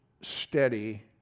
steady